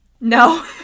No